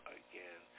again